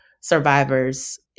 survivors